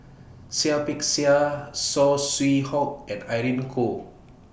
Seah Peck Seah Saw Swee Hock and Irene Khong